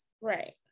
Right